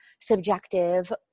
subjective